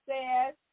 says